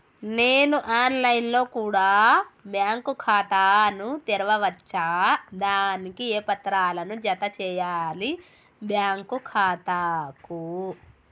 నేను online లో కూడా బ్యాంకు ఖాతా ను తెరవ వచ్చా? దానికి ఏ పత్రాలను జత చేయాలి బ్యాంకు ఖాతాకు?